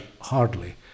hardly